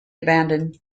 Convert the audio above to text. abandoned